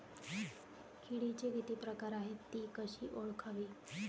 किडीचे किती प्रकार आहेत? ति कशी ओळखावी?